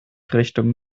richtung